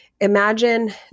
imagine